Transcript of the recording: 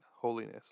holiness